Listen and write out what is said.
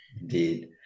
Indeed